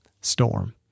storm